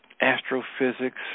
astrophysics